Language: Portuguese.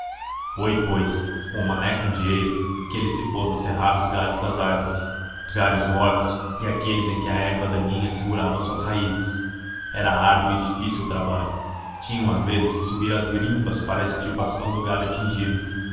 foi pois com o mané candeeiro que ele se pôs a serrar os galhos das árvores os galhos mortos e aqueles em que a erva daninha segurava as suas raízes era árduo e difícil o trabalho tinham às vezes que subir às grimpas para a extirpação do galho atingido